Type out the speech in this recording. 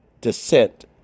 descent